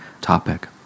topic